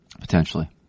Potentially